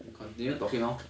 we continue talking loh